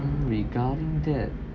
um regarding that